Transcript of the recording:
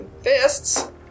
fists